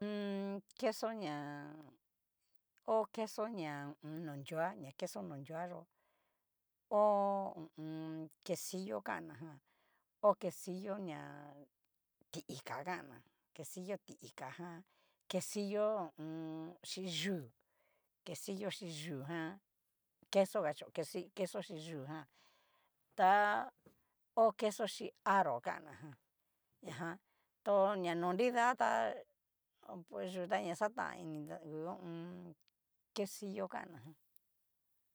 queso ña ho queso ña nonrua ña queso no nrua yó, ho hu u un. quesillo kan na jan, ho quesillo na ti'ika kanna, quesillo ti ika jan quesillo hu u un. xi yú'u, quesillo xi yu'u jan queso acho queso xi yu'u jan, ta ho queso xí aro kan ná jan ñajan tó ña no nida tá pues yu ta naxatan ini ta hu. ho o on. quesillo kan ná jan.